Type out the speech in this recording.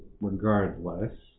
regardless